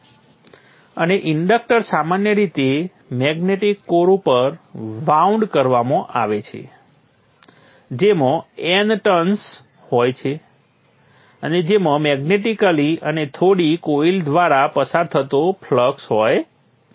અને ઇન્ડક્ટર સામાન્ય રીતે મૅગ્નેટિક કોર ઉપર વાઉન્ડ કરવામાં આવે છે જેમાં N ટર્ન્સ હોય છે અને જેમાં મૅગ્નેટિકેલી અને થોડી કોઇલ દ્વારા પસાર થતો ફ્લક્સ હોય છે